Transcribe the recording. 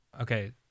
Okay